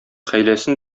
хәйләсен